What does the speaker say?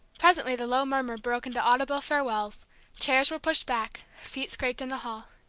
presently the low murmur broke into audible farewells chairs were pushed back, feet scraped in the hall.